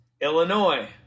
Illinois